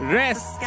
rest